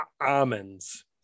almonds